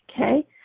Okay